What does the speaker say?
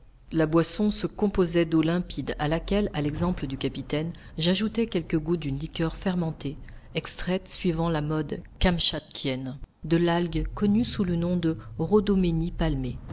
la boisson se composait d'eau limpide à laquelle à l'exemple du capitaine j'ajoutai quelques gouttes d'une liqueur fermentée extraite suivant la mode kamchatkienne de l'algue connue sous le nom de rhodoménie palmée